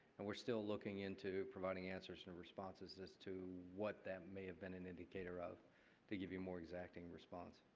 and we are still looking into providing answers and responses to what that may have been an indicator of to give you a more exacting response.